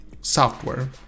software